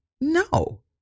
No